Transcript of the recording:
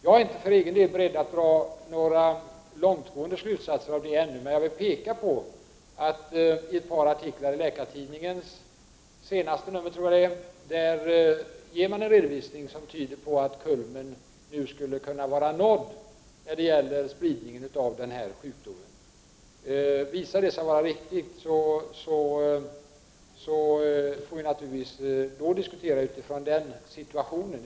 Jag är för egen del inte beredd att dra några långtgående slutsatser ännu. Jag vill bara påpeka att i senaste numret av Läkartidningen förekom en redovisning, som tyder på att kulmen nu skulle vara nådd när det gäller spridningen av denna sjukdom. Visar det sig vara riktigt, får vi naturligtvis diskutera frågan utifrån denna situation.